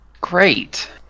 Great